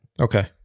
Okay